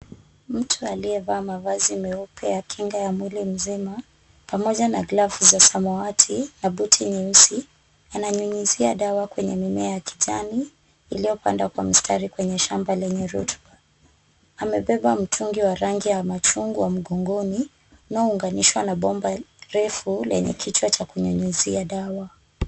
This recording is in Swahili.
Mtu aliyevaa mavazi meupe ya kinga ya mwili mzima pamoja na glavu za samawati na buti nyeusi ananyunyuzia dawa kwenye mimea ya kijani iliyopandwa kwa mstari kwenye shamba lenye rotuba, amebeba mtungi wa rangi ya machungwa mgongoni unaounganishwa na bomba refu lenye kichwa cha kunyunyuzia dawa.